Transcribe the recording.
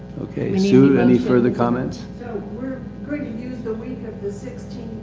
okay, sue, any further comments? so, we're good to use the week of the sixteenth.